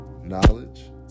knowledge